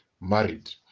married